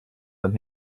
sein